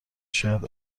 شاید